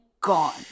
gone